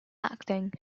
acting